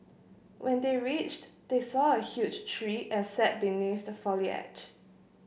when they reached they saw a huge tree and sat beneath the foliage